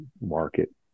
market